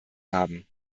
haben